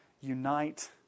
unite